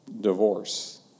divorce